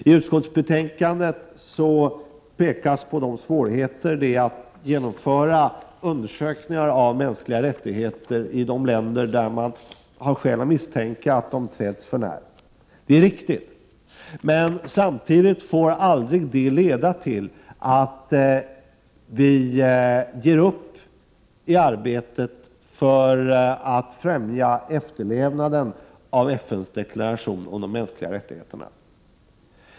I utskottsbetänkandet pekas på svårigheterna att genomföra undersökningar av mänskliga rättigheter i de länder där det finns skäl att misstänka att de träds för när. Det är riktigt, men 63 samtidigt får det aldrig leda till att vi ger upp arbetet för att främja efterlevnaden av FN:s deklaration om de mänskliga rättigheterna.